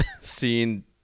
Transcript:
scene